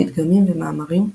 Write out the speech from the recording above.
פתגמים ומאמרים,